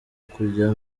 kujya